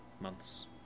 months